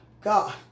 God